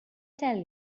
tell